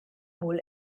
wohl